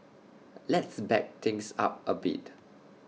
let's back things up A bit